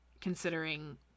considering